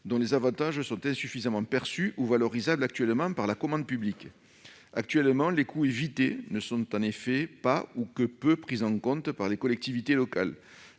dont les avantages sont actuellement insuffisamment perçus ou valorisables par la commande publique. Actuellement, les « coûts évités » ne sont en effet pas, ou très peu, pris en compte par les collectivités locales